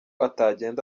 atagenda